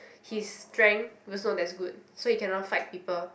his strength was not as good so he cannot fight people